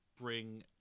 bring